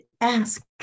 Ask